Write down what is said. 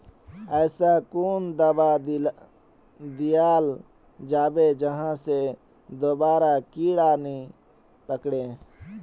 ऐसा कुन दाबा दियाल जाबे जहा से दोबारा कीड़ा नी पकड़े?